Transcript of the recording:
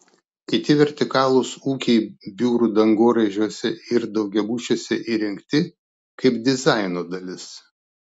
kiti vertikalūs ūkiai biurų dangoraižiuose ir daugiabučiuose įrengti kaip dizaino dalis